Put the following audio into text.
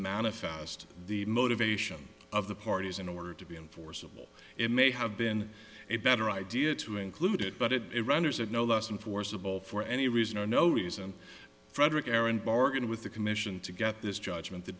manifest the motivation of the parties in order to be enforceable it may have been a better idea to include it but it renders it no less than forcible for any reason or no reason frederick aaron bargained with the commission to get this judgment the